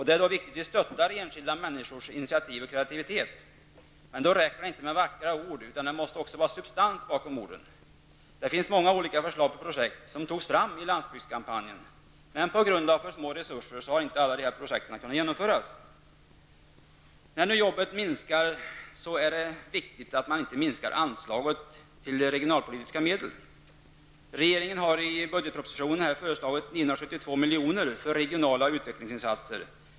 Det är viktigt att vi stöttar enskilda människors initiativ och kreativitet. Det räcker dock inte med vackra ord, utan det måste också vara substans bakom orden. Det finns många olika förslag på projekt som togs fram i landsbygdskampanjen, men på grund av för små resurser har inte alla dessa projekt kunnat genomföras. När nu jobben minskar i antal är det viktigt att inte minska anslaget till regionalpolitiska medel. Regeringen har i budgetpropositionen föreslagit 972 milj.kr. för regionala utvecklingsinsatser.